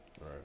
Right